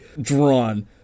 drawn